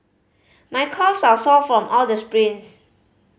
my calves are sore from all the sprints